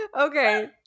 Okay